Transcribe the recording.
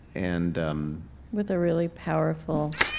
and, um with a really powerful,